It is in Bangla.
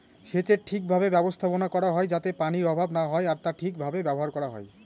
সেচের ঠিক ভাবে ব্যবস্থাপনা করা হয় যাতে পানির অভাব না হয় আর তা ঠিক ভাবে ব্যবহার করা হয়